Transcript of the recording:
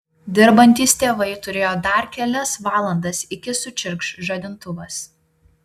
dirbantys tėvai turėjo dar kelias valandas iki sučirkš žadintuvas